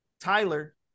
Tyler